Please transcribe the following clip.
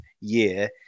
year